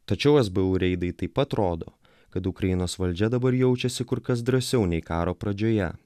tačiau sbu reidai taip pat rodo kad ukrainos valdžia dabar jaučiasi kur kas drąsiau nei karo pradžioje